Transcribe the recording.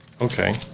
Okay